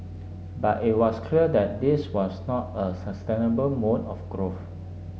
but it was clear that this was not a sustainable mode of growth